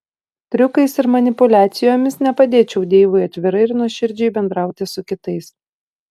triukais ir manipuliacijomis nepadėčiau deivui atvirai ir nuoširdžiai bendrauti su kitais